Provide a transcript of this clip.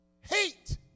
hate